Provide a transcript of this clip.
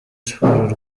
sports